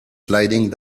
sliding